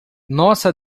nossa